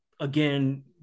again